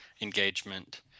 engagement